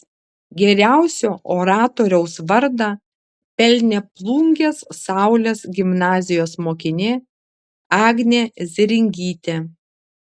geriausio oratoriaus vardą pelnė plungės saulės gimnazijos mokinė agnė zėringytė